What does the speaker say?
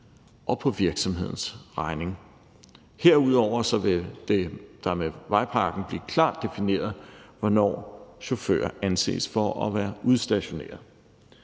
og på virksomhedens regning. Herudover vil det med vejpakken blive klart defineret, hvornår chauffører anses for at være udstationeret.